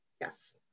Yes